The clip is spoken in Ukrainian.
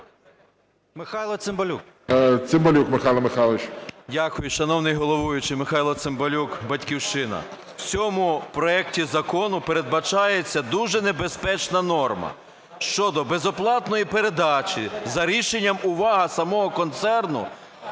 Михайло Михайлович. 16:28:31 ЦИМБАЛЮК М.М. Дякую, шановний головуючий. Михайло Цимбалюк, "Батьківщина". В цьому проекті закону передбачається дуже небезпечна норма щодо безоплатної передачі за рішенням, увага, самого концерну.